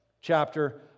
chapter